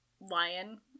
lion